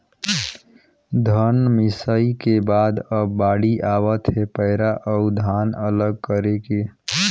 धन मिंसई के बाद अब बाड़ी आवत हे पैरा अउ धान अलग करे के